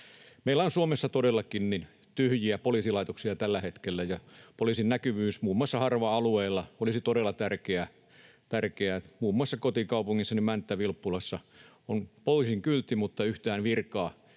Meillä on Suomessa todellakin tyhjiä poliisilaitoksia tällä hetkellä, ja poliisin näkyvyys muun muassa harva-alueilla olisi todella tärkeää. Muun muassa kotikaupungissani Mänttä-Vilppulassa on poliisin kyltti mutta yhtään virkaa